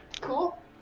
Cool